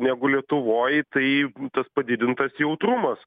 negu lietuvoj tai tas padidintas jautrumas